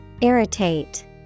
Irritate